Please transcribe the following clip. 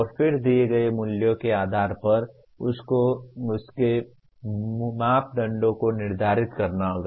और फिर दिए गए मूल्यों के आधार पर आपको उस के मापदंडों को निर्धारित करना होगा